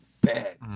bad